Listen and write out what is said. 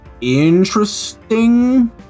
interesting